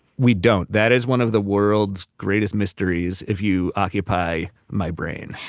we don't. that is one of the world's greatest mysteries if you occupy my brain.